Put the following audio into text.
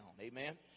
Amen